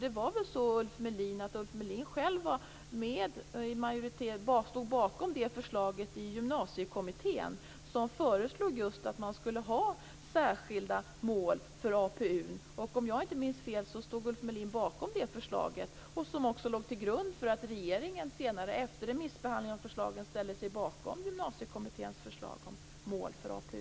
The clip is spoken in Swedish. Det var väl ändå så, Ulf Melin, att Ulf Melin själv stod bakom det förslaget i gymnasiekommittén. Kommittén föreslog just att man skulle ha särskilda mål för APU. Om inte jag minns fel stod Ulf Melin bakom det förslaget, som också låg till grund för att regeringen senare, efter remissbehandling av förslagen, ställde sig bakom gymnasiekommitténs förslag om mål för APU.